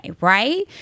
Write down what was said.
right